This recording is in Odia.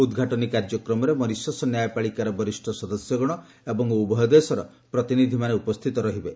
ଏହି ଉଦ୍ଘାଟନୀ କାର୍ଯ୍ୟକ୍ମରେ ମରିସସ୍ ନ୍ୟାୟପାଳିକାର ବରିଷ୍ଣ ସଦସ୍ୟଗଣ ଏବଂ ଉଭୟ ଦେଶର ପ୍ରତିନିଧିମାନେ ଉପସ୍ଥିତ ରହିବେ